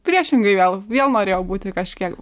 priešingai vėl vėl norėjau būti kažkiek